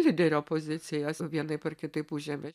lyderio pozicijas vienaip ar kitaip užžiebė